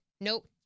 Nope